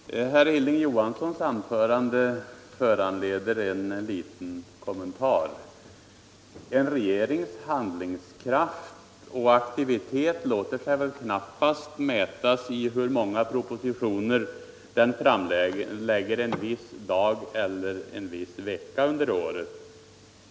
Herr talman! Herr Hilding Jchanssons anförande föranleder en liten kommentar. En regerings handlingskraft och aktivitet låter sig knappast mätas i hur många propositioner den framlägger en viss dag eller en viss vecka under året.